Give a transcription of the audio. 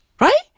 Right